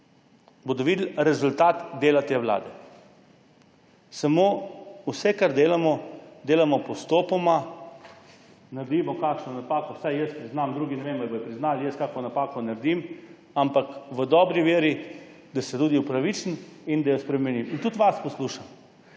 bodo videli rezultat dela te vlade. Vse, kar delamo, delamo postopoma, naredimo kakšno napako, vsaj jaz priznam, drugi ne vem, ali bodo priznali, jaz kakšno napako naredim, ampak v dobri veri, se tudi opravičim, jo spremenim. In tudi vas poslušam.